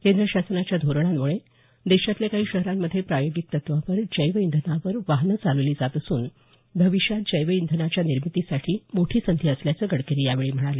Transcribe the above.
केंद्र शासनाच्या धोरणांमुळे देशातल्या काही शहरांमध्ये प्रायोगिक तत्वावर जैव इंधनावर वाहनं चालवली जात असून भविष्यात जैव इंधनाच्या निर्मितीसाठी मोठी संधी असल्याचं गडकरी यावेळी म्हणाले